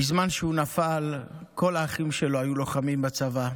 בזמן שהוא נפל, כל האחים שלו היו לוחמים בצבא.